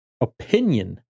opinion